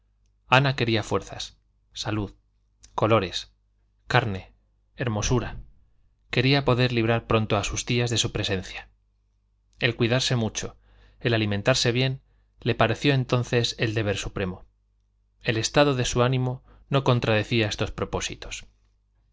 ana quería fuerzas salud colores carne hermosura quería poder librar pronto a sus tías de su presencia el cuidarse mucho el alimentarse bien le pareció entonces el deber supremo el estado de su ánimo no contradecía estos propósitos